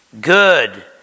good